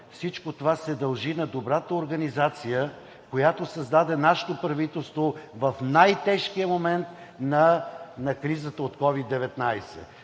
всичко това се дължи на добрата организация, която създаде нашето правителство в най-тежкия момент на кризата от COVID-19.